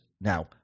Now